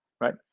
right